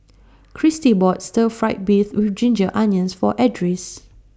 Kristy bought Stir Fry Beef with Ginger Onions For Edris